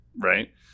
right